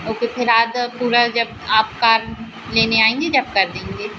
okay फिर आधा पूरा जब आप कार लेने आएँगे जब कर देंगे